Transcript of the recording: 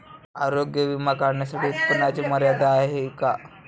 आरोग्य विमा काढण्यासाठी उत्पन्नाची मर्यादा आहे का?